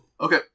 Okay